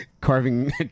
Carving